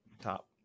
top